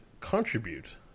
contribute